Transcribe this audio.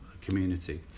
community